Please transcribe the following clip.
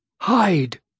Hide